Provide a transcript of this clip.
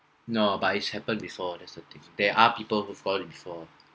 no but it has happened before that's the thing there are people who fall it before